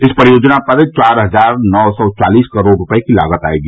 इस परियोजना पर चार हजार नौ सौ चालीस करोड़ रूपये की लागत आयेगी